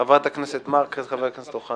חברת הכנסת מארק, ואחריה חבר הכנסת אוחנה.